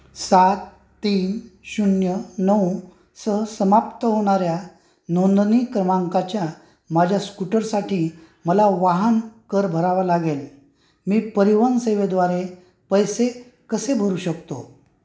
सात तीन शून्य नऊ सह समाप्त होणाऱ्या नोंदणी क्रमांकाच्या माझ्या स्कूटरसाठी मला वाहन कर भरावा लागेल मी परिवहन सेवेद्वारे पैसे कसे भरू शकतो